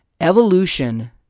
Evolution